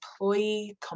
employee